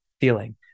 feeling